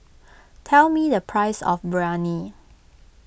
tell me the price of Biryani